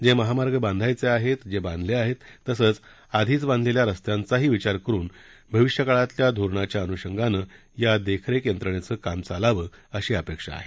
जे माहमार्ग बांधायचे आहेत जे बांधले आहेत तसंच आधीच बांधलेल्या रस्त्यांचाही विचार करून भविष्यकाळातल्या धोरणाच्या अनुषंगानं या देखरेख यंत्रणेचं काम चालावं अशी अपेक्षा आहे